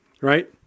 right